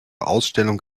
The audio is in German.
ausstellung